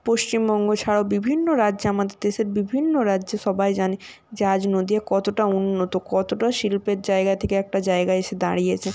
পশ্চিমবঙ্গ ছাড়াও বিভিন্ন রাজ্যে আমাদের দেশের বিভিন্ন রাজ্যে সবাই জানে যে আজ নদিয়া কতটা উন্নত কতটা শিল্পের জায়গা থেকে একটা জায়গায় এসে দাঁড়িয়েছে